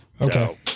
Okay